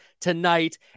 tonight